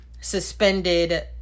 suspended